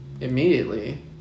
immediately